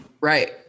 Right